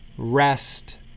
rest